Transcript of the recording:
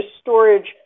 storage